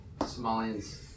Somalians